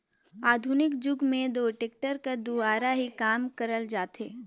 आधुनिक जुग मे दो टेक्टर कर दुवारा ही काम करल जाथे